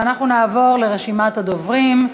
ואנחנו נעבור לרשימת הדוברים: